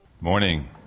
Morning